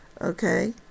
Okay